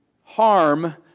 harm